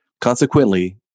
Consequently